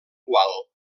gual